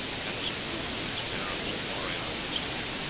and was a proof that its bearer was a warrior of distinction.